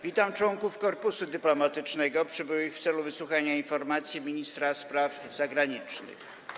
Witam członków korpusu dyplomatycznego przybyłych w celu wysłuchania informacji ministra spraw zagranicznych.